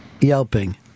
yelping